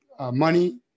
money